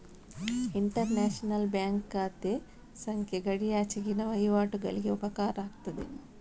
inter national bank ಖಾತೆ ಸಂಖ್ಯೆ ಗಡಿಯಾಚೆಗಿನ ವಹಿವಾಟುಗಳಿಗೆ ಉಪಕಾರ ಆಗ್ತದೆ